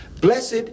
Blessed